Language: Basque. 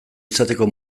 izateko